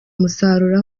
umusaruro